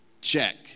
check